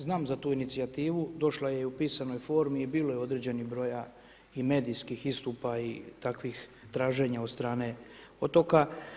Znam za tu inicijativu, došlo je i u pisanoj formi, bilo je određenih broja i medijskih istupa i takvih traženja od strane otoka.